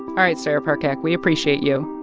all right. sarah parcak, we appreciate you.